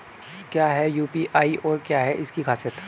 क्या है यू.पी.आई और क्या है इसकी खासियत?